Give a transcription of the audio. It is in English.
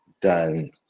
done